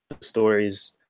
Stories